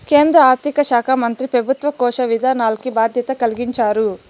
కేంద్ర ఆర్థిక శాకా మంత్రి పెబుత్వ కోశ విధానాల్కి బాధ్యత కలిగించారు